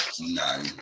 No